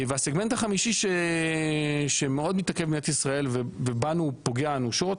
והסגמנט החמישי שמאוד מתעכב במדינת ישראל ובנו הוא פוגע אנושות,